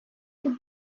could